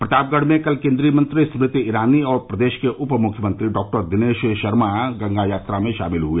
प्रतापगढ़ में कल केंद्रीय मंत्री स्मृति ईरानी और प्रदेश के उप मुख्यमंत्री डॉक्टर दिनेश शर्मा गंगा यात्रा में शामिल हुए